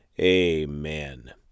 Amen